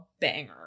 banger